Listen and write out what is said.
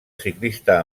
ciclista